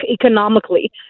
economically